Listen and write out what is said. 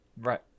Right